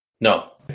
No